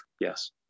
Yes